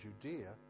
Judea